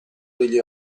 degli